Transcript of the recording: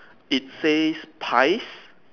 it says pies